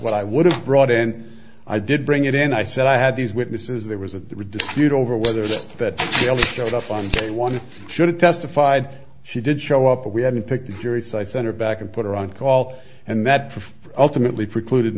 what i would have brought and i did bring it in i said i had these witnesses there was a dispute over whether that showed up on a one should have testified she did show up we had to pick the jury so i sent her back and put her on call and that for for ultimately precluded